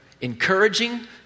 Encouraging